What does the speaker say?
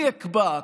אני אקבע,